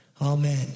Amen